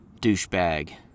douchebag